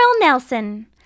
Nelson